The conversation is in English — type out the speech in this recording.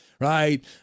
right